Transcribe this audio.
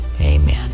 Amen